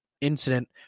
Incident